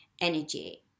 energy